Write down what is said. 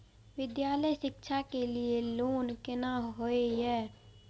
विद्यालय शिक्षा के लिय लोन केना होय ये?